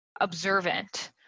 observant